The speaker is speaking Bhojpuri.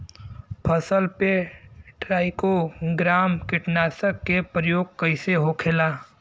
फसल पे ट्राइको ग्राम कीटनाशक के प्रयोग कइसे होखेला?